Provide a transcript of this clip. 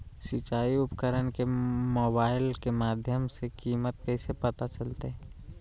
सिंचाई उपकरण के मोबाइल के माध्यम से कीमत कैसे पता चलतय?